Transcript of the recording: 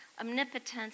omnipotence